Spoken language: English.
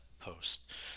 post